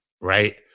right